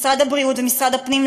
משרד הבריאות ומשרד הפנים,